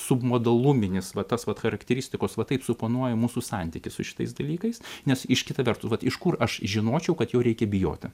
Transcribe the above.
submodoluminis va tas vat charakteristikos va taip suponuoja mūsų santykį su šitais dalykais nes iš kita vertus vat iš kur aš žinočiau kad jo reikia bijoti